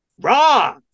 Raw